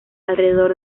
alrededor